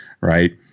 right